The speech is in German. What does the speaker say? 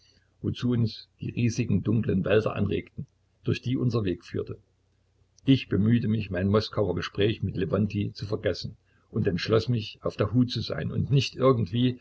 wozu uns die riesigen dunklen wälder anregten durch die unser weg führte ich bemühte mich mein moskauer gespräch mit lewontij zu vergessen und entschloß mich auf der hut zu sein und nicht irgendwie